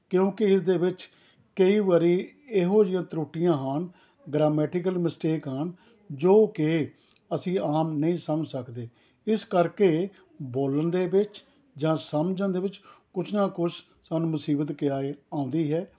ਕਿਉਂਕਿ ਇਸਦੇ ਵਿੱਚ ਕਈ ਵਾਰੀ ਇਹੋ ਜਿਹੀਆਂ ਤਰੁੱਟੀਆਂ ਹਨ ਗ੍ਰਾਮੈਟੀਕਲ ਮਿਸਟੇਕ ਹਨ ਜੋ ਕਿ ਅਸੀਂ ਆਮ ਨਹੀਂ ਸਮਝ ਸਕਦੇ ਇਸ ਕਰਕੇ ਬੋਲਣ ਦੇ ਵਿੱਚ ਜਾਂ ਸਮਝਣ ਦੇ ਵਿੱਚ ਕੁਛ ਨਾ ਕੁਛ ਸਾਨੂੰ ਮੁਸੀਬਤ ਕਿਆ ਹੈ ਆਉਂਦੀ ਹੈ